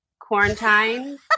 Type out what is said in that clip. Quarantine